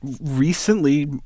recently-